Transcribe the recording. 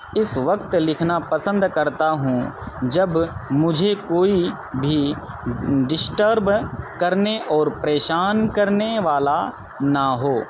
اس وقت لکھنا پسند کرتا ہوں جب مجھے کوئی بھی ڈسٹرب کرنے اور پریشان کرنے والا نہ ہو